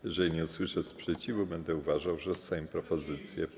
Jeżeli nie usłyszę sprzeciwu, będę uważał, że Sejm propozycję przyjął.